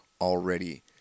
already